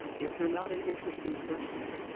if you're not an interesting person,